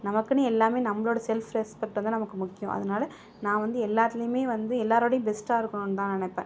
நமக்குனு எல்லாமே நம்மளோட self respect தான் நமக்கு முக்கியம் அதனால் நான் வந்து எல்லாத்திலையுமே வந்து எல்லாரோடையும் பெஸ்ட்டாக இருக்கணும்னு தான் நினைப்பேன்